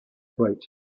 right